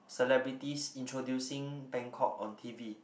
celebrities introducing Bangkok on t_v